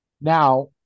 Now